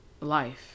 life